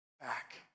back